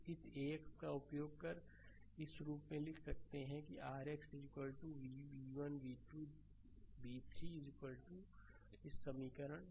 slide समय देखें 1002 इस ax का उपयोग कर इस रूप में लिख सकते हैं कि कि r x v v1 v2 v3 इस समीकरण